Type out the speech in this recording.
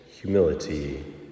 humility